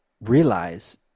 realize